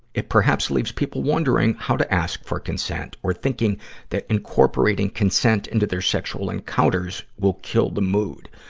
it perhaps leaves people wondering how to ask for consent, or thinking that incorporating consent into their sexual encounters will kill the mood.